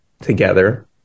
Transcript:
together